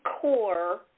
core